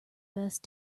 best